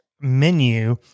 menu